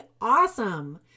awesome